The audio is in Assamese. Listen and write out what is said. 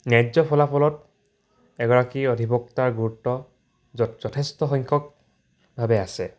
ন্য়ায্য ফলাফলত এগৰাকী অধিভক্তাৰ গুৰুত্ব যথেষ্ট সংখ্যকভাৱে আছে